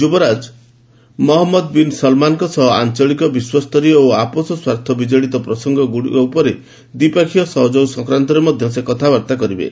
ଯୁବରାଜ Mohammed bin ସଲମାନଙ୍କ ସହ ଆଞ୍ଚଳିକ ବିଶ୍ୱସ୍ତରୀୟ ଓ ଆପୋଷ ସ୍ୱାର୍ଥ ବିଜଡ଼ିତ ପ୍ରସଙ୍ଗଗୁଡ଼ିକ ଉପରେ ଦ୍ୱିପକ୍ଷିୟ ସହଯୋଗ ସଂକ୍ରାନ୍ତରେ ମଧ୍ୟ ସେ କଥାବାର୍ତ୍ତା କରିବେ